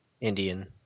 Indian